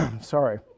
Sorry